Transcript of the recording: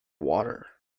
water